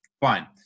Fine